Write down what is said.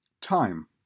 time